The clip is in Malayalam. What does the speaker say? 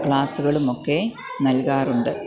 ക്ലാസ്സുകളുമൊക്കെ നൽകാറുണ്ട്